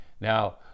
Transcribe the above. Now